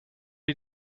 ihr